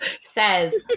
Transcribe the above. says